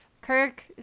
Kirk